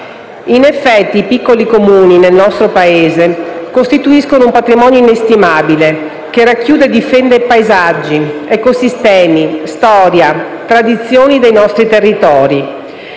In effetti, i piccoli Comuni, nel nostro Paese, costituiscono un patrimonio inestimabile, che racchiude e difende paesaggi, ecosistemi, storia e tradizioni dei nostri territori.